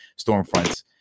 stormfronts